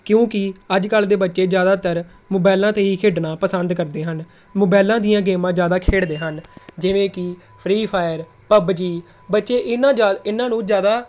ਕਿਉਂਕਿ ਅੱਜ ਕੱਲ੍ਹ ਦੇ ਬੱਚੇ ਜ਼ਿਆਦਾਤਰ ਮੋਬਾਇਲਾਂ 'ਤੇ ਹੀ ਖੇਡਣਾ ਪਸੰਦ ਕਰਦੇ ਹਨ ਮੋਬਾਇਲਾਂ ਦੀਆਂ ਗੇਮਾਂ ਜ਼ਿਆਦਾ ਖੇਡਦੇ ਹਨ ਜਿਵੇਂ ਕਿ ਫਰੀ ਫਾਇਰ ਪੱਬਜੀ ਬੱਚੇ ਇਹਨਾਂ ਜਾ ਇਹਨਾਂ ਨੂੰ ਜ਼ਿਆਦਾ